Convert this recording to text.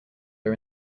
are